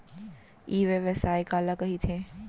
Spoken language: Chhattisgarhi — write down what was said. ई व्यवसाय काला कहिथे?